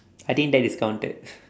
I think that is counted